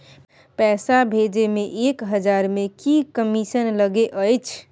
पैसा भैजे मे एक हजार मे की कमिसन लगे अएछ?